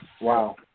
Wow